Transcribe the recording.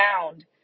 sound